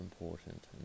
important